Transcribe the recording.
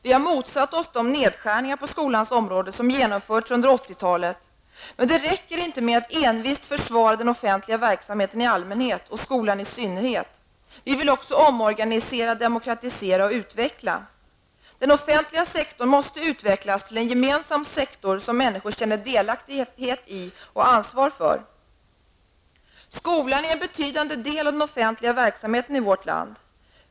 Vi har motsatt oss de nedskärningar på skolans område som genomförts under 80-talet. Men det räcker inte med att envist försvara den offentliga verksamheten i allmänhet och skolan i synnerhet. Vi vill också omorganisera, demokratisera och utveckla. Den offentliga sektorn måste utvecklas till en gemensam sektor som människor känner delaktighet i och ansvar för. Skolan är en betydande del av den offentliga verksamheten i vårt land.